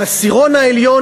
העשירון העליון,